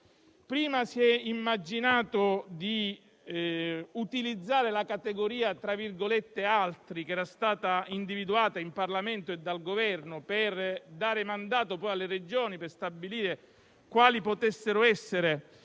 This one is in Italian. Prima si è immaginato di utilizzare la categoria «altri», che era stata individuata in Parlamento e dal Governo per dare mandato alle Regioni per stabilire quali potessero essere